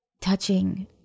touching